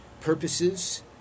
purposes